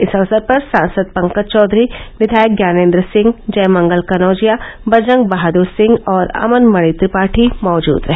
इस अवसर पर सांसद पंकज चौघरी विधायक ज्ञानेन्द्र सिहं जय मंगल कन्नौजिया बजरंग बहादुर सिंह अमन मणि त्रिपाठी मौजुद रहे